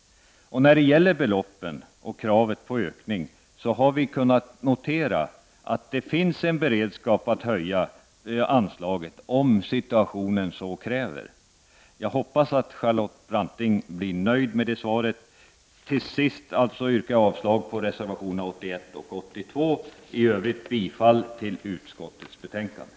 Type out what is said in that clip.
När det gäller beloppen och kravet på ökning har vi kunnat notera att det finns en beredskap att höja anslaget, om situationen så kräver. Jag hoppas att Charlotte Branting blir nöjd med detta svar. Till sist yrkar jag alltså avslag på reservationerna 81 och 82 och i övrigt bifall till utskottets hemställan.